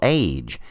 age